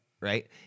right